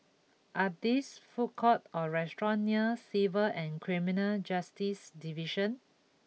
are this food courts or restaurants near Civil and Criminal Justice Division